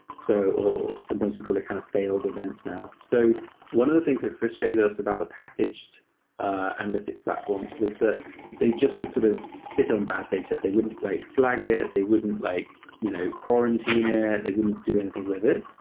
so or sometimes we call it kind of failed events now. so one of the things that frustrated us about the packaged analytics platforms was that they just would sort of sit on bad data. they wouldn't like flag it. they wouldn't like you know quarantine it. they wouldn't do anything with it.